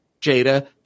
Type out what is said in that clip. Jada